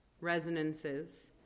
resonances